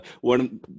one